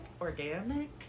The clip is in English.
organic